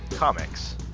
Comics